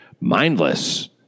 mindless